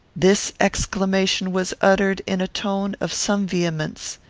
this exclamation was uttered in a tone of some vehemence.